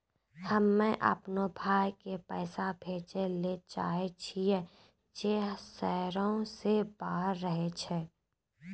हम्मे अपनो भाय के पैसा भेजै ले चाहै छियै जे शहरो से बाहर रहै छै